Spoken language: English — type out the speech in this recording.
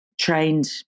trained